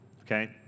okay